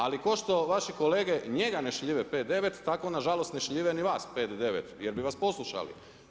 Ali, ko što vaši kolege njega ne šljive, 5, 9, tako nažalost ne šljive ni vas 5 9 jer bi vas poslušali.